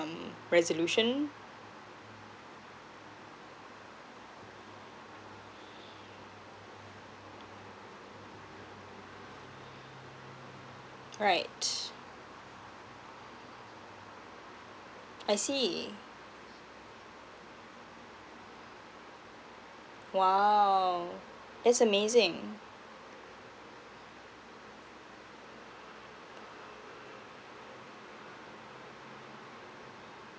resolution right I see !wow! that's amazing